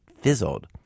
fizzled